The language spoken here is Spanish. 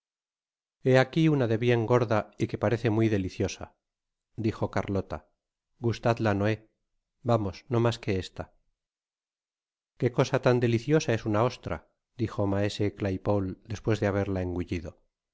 ahi una de bien gorda y que parece muy deliciosa dijo carlota gustadla noé vamos no mas que esta qué cosa tan deliciosa es una ostra dijo maese claypole despues de haberla engullido